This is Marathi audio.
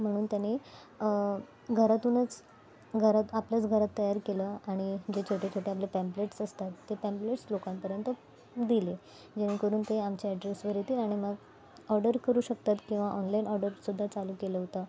म्हणून त्यांनी घरातूनच घरात आपल्याच घरात तयार केलं आणि जे छोटे छोटे आपले पॅम्प्लेट्स असतात ते पॅम्प्लेट्स लोकांपर्यंत दिले जेणेकरून ते आमच्या ॲड्रेसवर येतील आणि मग ऑर्डर करू शकतात किंवा ऑनलाईन ऑडर सुद्धा चालू केलं होतं